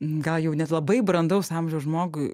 gal jau net labai brandaus amžiaus žmogui